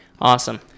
Awesome